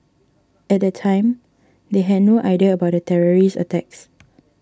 at the time they had no idea about the terrorist attacks